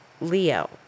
Leo